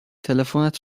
تلفنت